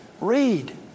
Read